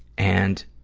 and,